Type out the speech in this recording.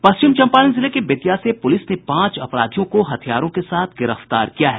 पश्चिम चंपारण जिले के बेतिया से पुलिस ने पांच अपराधियों को हथियारों के साथ गिरफ्तार किया है